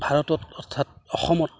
ভাৰতত অৰ্থাৎ অসমত